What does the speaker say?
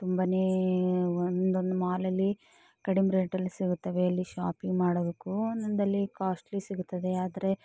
ತುಂಬನೇ ಒಂದೊಂದು ಮಾಲಲ್ಲಿ ಕಡಿಮೆ ರೇಟಲ್ಲಿ ಸಿಗುತ್ತವೆ ಅಲ್ಲಿ ಶಾಪಿಂಗ್ ಮಾಡೋದಕ್ಕೂ ಇನ್ನೊಂದಲ್ಲಿ ಕಾಸ್ಟ್ಲಿ ಸಿಗುತ್ತದೆ ಆದರೆ